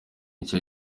nshya